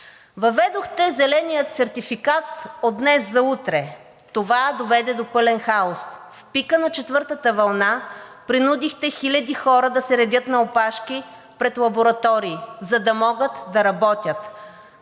Въведохте зеления сертификат от днес за утре. Това доведе до пълен хаос. В пика на четвъртата вълна принудихте хиляди хора да се редят на опашки пред лаборатории, за да могат да работят.